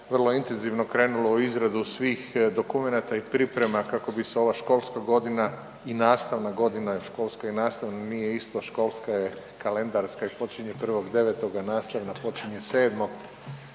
vrlo intenzivno krenulo u izradu svih dokumenata i priprema kako bi se ova školska godina i nastavna godina, jer školska i nastavna nije isto, školska je kalendarska i počinje 01.09., a nastavna počinje 07.,